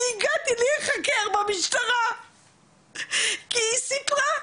אני הגעתי להיחקר במשטרה כי היא סיפרה,